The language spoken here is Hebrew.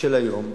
של היום,